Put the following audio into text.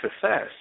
success